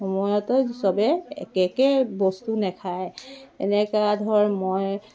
সময়তো চবে একে একে বস্তু নাখায় এনেকা ধৰ মই